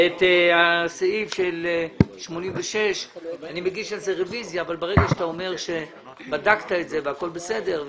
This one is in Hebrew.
על סעיף 86 אני מגיש רביזיה אבל ברגע שאתה אומר שבדקת את זה והכול בסדר,